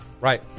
Right